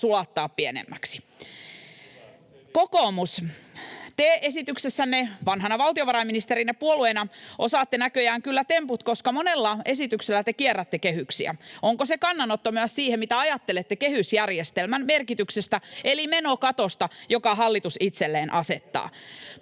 Hyvä, erinomaista!] Kokoomus, te esityksessänne vanhana valtiovarainministeripuolueena osaatte näköjään kyllä temput, koska monella esityksellä te kierrätte kehyksiä. Onko se kannanotto myös siihen, mitä ajattelette kehysjärjestelmän merkityksestä eli menokatosta, jonka hallitus itselleen asettaa?